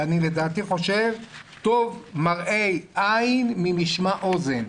אני חושב שטוב מראה עיניים ממשמע אוזן.